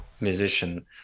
musician